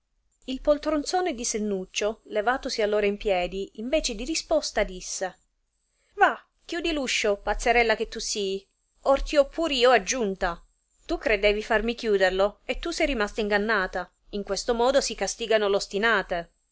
il poltronzoue di sennuccìo levatosi allora in piedi in vece di risposta disse va chiudi l'uscio pazzerella che tu sii or ti ho pur io aggiunta tu credevi farmi chiuderlo e tu sei rimasta ingannata in questo modo si castigato l ostinate